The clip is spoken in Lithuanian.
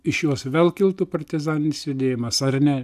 iš jos vėl kiltų partizaninis judėjimas ar ne